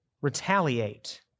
retaliate